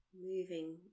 moving